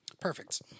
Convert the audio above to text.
Perfect